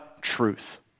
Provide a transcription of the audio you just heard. truth